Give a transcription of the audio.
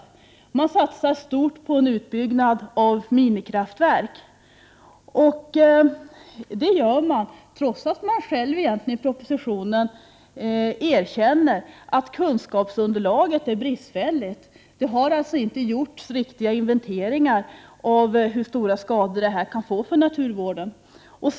Regeringen vill satsa stort på en utbyggnad av minikraftverk, trots att regeringen egentligen själv i propositionen erkänner att kunskapsunderlaget är bristfälligt. Det har inte gjorts riktiga inventeringar av hur stora skador en sådan utbyggnad kan innebära i naturvårdshänseende.